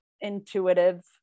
intuitive